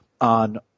on